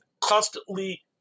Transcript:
Constantly